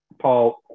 Paul